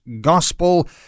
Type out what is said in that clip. gospel